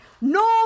no